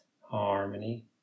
harmony